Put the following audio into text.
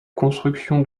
construction